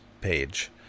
Page